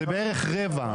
זה בערך רבע.